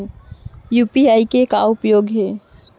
UPI के का उपयोग हे?